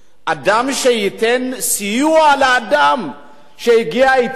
שאדם שייתן סיוע לאדם שהגיע אתמול,